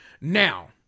Now